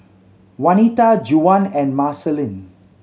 Wanita Juwan and Marceline